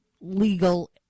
legal